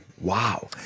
Wow